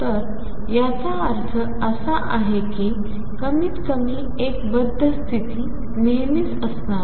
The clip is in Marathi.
तर याचा अर्थ असा आहे की कमीतकमी एक बद्ध स्तिथी नेहमीच तेथे असणार आहे